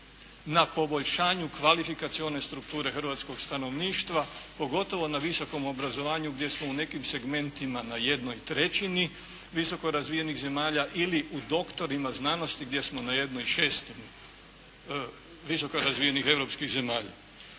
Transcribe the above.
na poboljšanju kvalifikacione strukture hrvatskog stanovništva pogotovo na visokom obrazovanju gdje smo u nekim segmentima na jednoj trećini visoko razvijenih zemalja ili u doktorima znanosti gdje smo na jednoj šestini visoko razvijenih europskih zemalja.